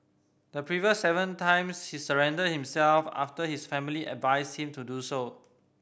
the previous seven times he surrendered himself after his family advised him to do so